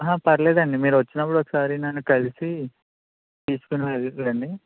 హా పర్లేదండీ మీరు వచ్చిప్పుడు ఒకసారి నన్ను కలిసి తీసుకుని వెళ్ళండి